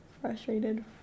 Frustrated